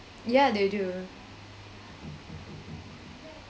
yeah they do